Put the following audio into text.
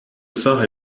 phare